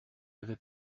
avait